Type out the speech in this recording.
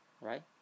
right